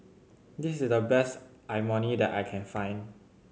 this is the best Imoni that I can find